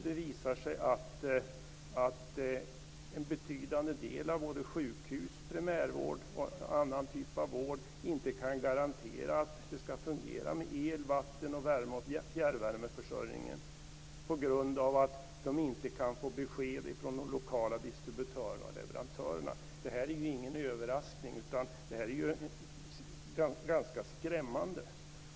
Det visar sig att en betydande del av både sjukhus, primärvård och annan typ av vård inte kan garantera att el, vatten och fjärrvärmeförsörjningen kommer att fungera, på grund av att de inte kan få besked från de lokala distributörerna och leverantörerna. Detta är ju ingen överraskning, men det är ganska skrämmande.